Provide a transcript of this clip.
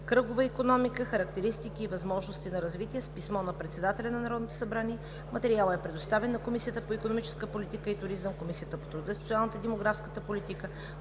„Кръгова икономика – характеристики и възможности на развитие“. С писмо на председателя на Народното събрание материалът е предоставен на Комисията по икономическа политика и туризъм, Комисията по труда, социалната и демографската политика,